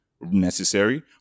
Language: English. necessary